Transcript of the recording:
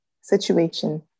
situation